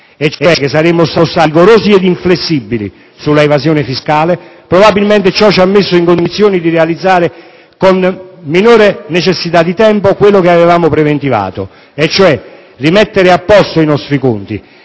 Paese: che saremmo stati rigorosi ed inflessibili sull'evasione fiscale. Probabilmente ciò ci ha messo in condizione di realizzare con minore necessità di tempo quello che avevamo preventivato: rimettere a posto i nostri conti,